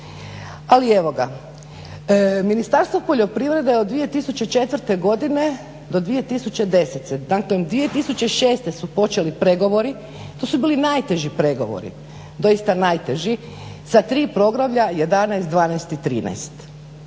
Ali evo ga, Ministarstvo poljoprivrede od 2004. godine do 2010. godine, dakle 2006. su počeli pregovori, to su bili najteži pregovori, doista najteži, sa tri poglavlja, 11,12 i 13.